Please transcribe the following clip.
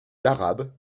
l’arabe